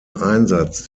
einsatz